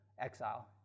exile